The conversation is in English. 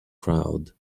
crowd